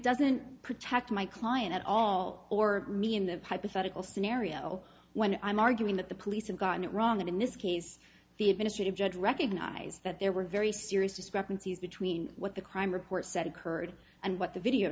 doesn't protect my client at all or me in the hypothetical scenario when i'm arguing that the police and got it wrong and in this case the administrative judge recognize that there were very serious discrepancies between what the crime report said occurred and what the video